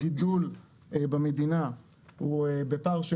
הגידול במדינה הוא בפער,